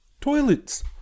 Toilets